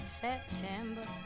September